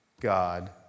God